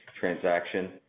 transaction